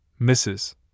Mrs